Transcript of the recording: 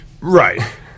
Right